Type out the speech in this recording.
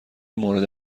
مورد